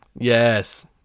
Yes